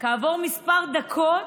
כעבור כמה דקות